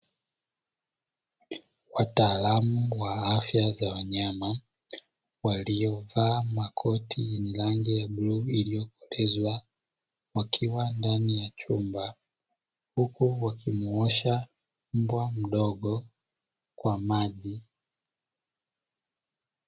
Wataalamu wa afya za wanyama, waliovaa makoti yenye rangi ya bluu iliyokolezwa wakiwa ndani ya chumba, huku wakimuosha mbwa mdogo kwa maji.